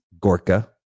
Gorka